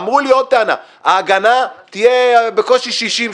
אמרו לי עוד טענה ההגנה תהיה בקושי 60%,